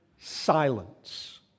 Silence